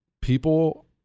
people